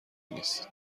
نیست